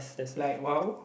like !wow!